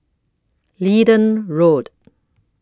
Leedon Road